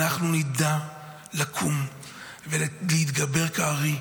אנחנו נדע לקום ולהתבגר כארי.